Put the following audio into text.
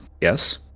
Yes